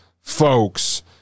folks